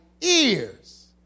ears